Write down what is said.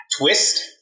Twist